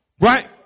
Right